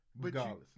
regardless